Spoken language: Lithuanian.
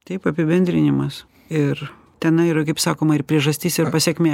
taip apibendrinimas ir tenai yra kaip sakoma ir priežastis ir pasekmė